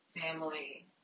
family